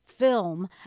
film